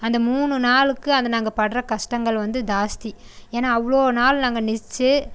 அந்த மூணு நாளுக்கு அந்த நாங்கள் படுற கஷ்டங்கள் வந்து ஜாஸ்தி ஏன்னால் அவ்வளோ நாள் நாங்கள் நெஸ்ச்சு